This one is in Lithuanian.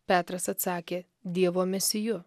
petras atsakė dievo mesiju